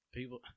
People